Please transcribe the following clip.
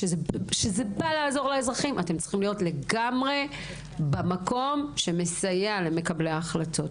אתם צריכים להיות לגמרי במקום שמסייע למקבלי ההחלטות.